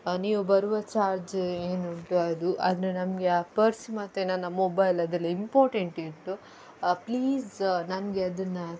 ನೀವು ಬರುವ ಚಾರ್ಜ್ ಏನುಂಟು ಅದು ಅಂದರೆ ನಮಗೆ ಆ ಪರ್ಸ್ ಮತ್ತೆ ನನ್ನ ಮೊಬೈಲ್ ಅದೆಲ್ಲ ಇಂಪಾರ್ಟೆಂಟ್ ಇತ್ತು ಪ್ಲೀಸ್ ನನಗೆ ಅದನ್ನು